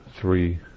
three